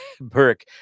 Burke